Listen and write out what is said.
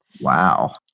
Wow